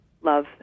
love